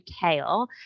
Kale